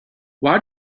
why